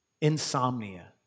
insomnia